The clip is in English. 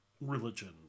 religion